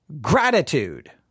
gratitude